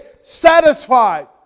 satisfied